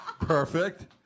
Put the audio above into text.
Perfect